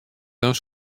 dan